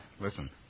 Listen